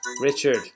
Richard